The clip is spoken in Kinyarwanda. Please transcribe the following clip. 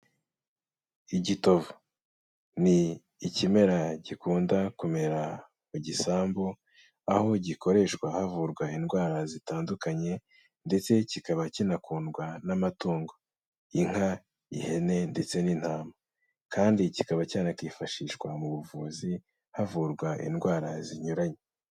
Igitovu, ni ikimera gikunda kumera mu gisambu, aho gikoreshwa havurwa indwara zitandukanye, ndetse kikaba kinakundwa n'amatungo, inka, ihene ndetse n'intama, kandi kikaba cyanakifashishwa mu buvuzi havurwa indwara zinyuranye.